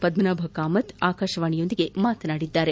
ಪದ್ದನಾಭ ಕಾಮತ್ ಆಕಾಶವಾಣಿಯೊಂದಿಗೆ ಮಾತನಾಡಿದ್ದಾರೆ